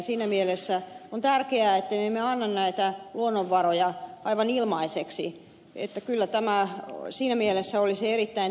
siinä mielessä on tärkeää että me emme anna näitä luonnonvaroja aivan ilmaiseksi joten kyllä tämä siinä mielessä olisi erittäin tärkeä toteuttaa